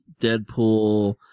Deadpool